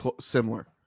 similar